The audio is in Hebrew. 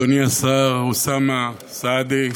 השר, אוסאמה סעדי,